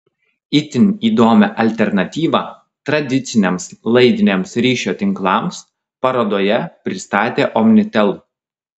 itin įdomią alternatyvą tradiciniams laidiniams ryšio tinklams parodoje pristatė omnitel